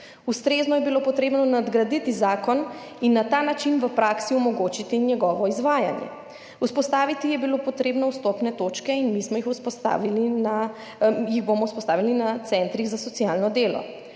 ustrezno je bilo potrebno nadgraditi zakon in na ta način v praksi omogočiti njegovo izvajanje. Vzpostaviti je bilo potrebno vstopne točke in mi smo jih vzpostavili jih bomo vzpostavili na centrih za socialno delo.